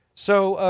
so,